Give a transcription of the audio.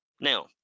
Now